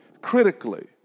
critically